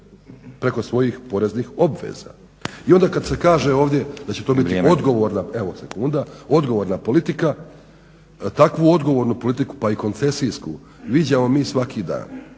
preko svojih poreznih obveza. I onda kad se kaže ovdje da će to biti odgovorna politika takvu odgovornu politiku pa i koncesijsku viđamo mi svaki dan